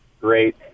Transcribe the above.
Great